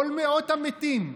כל מאות המתים,